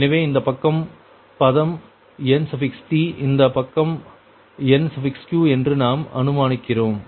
எனவே இந்த பக்க பதம் Nt இந்த பக்கம் Nq என்று நாம் அனுமானிக்கிறோம்